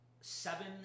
seven